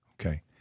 Okay